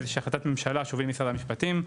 באיזושהי החלטת ממשלה שהוביל משרד המשפטים.